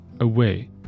away